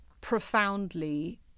profoundly